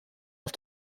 auf